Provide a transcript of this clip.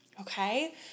Okay